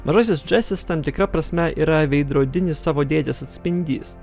mažasis džesis tam tikra prasme yra veidrodinis savo dėdės atspindys